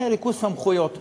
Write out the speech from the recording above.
היא ריכוז סמכויות.